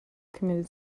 committed